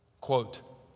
Quote